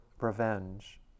revenge